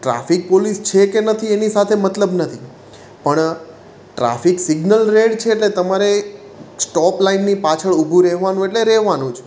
traffic police છે કે નથી એની સાથે મતલબ નથી પણ ટ્રાફિક સિગ્નલ રેડ છે એટલે તમારે સ્ટોપ લાઈનની પાછળ ઊભું રહેવાનું એટલે રહેવાનું જ